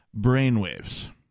brainwaves